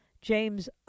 James